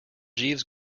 jeeves